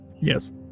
yes